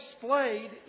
displayed